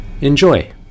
Enjoy